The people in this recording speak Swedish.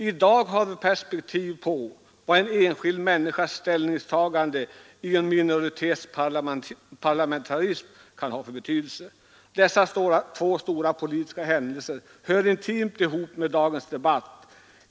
I dag har vi perspektiv på vad en enskild människas ställningstagande i en minoritetsparlamentarism kan ha för betydelse. Dessa två stora politiska händelser hör intimt ihop med dagens debatt.